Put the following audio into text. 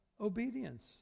obedience